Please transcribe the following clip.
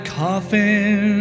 coffin